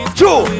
two